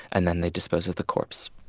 and then they dispose of the corpse